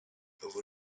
over